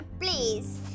please